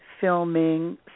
filming